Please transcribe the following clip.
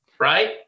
right